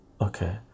okay